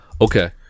Okay